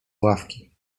ławki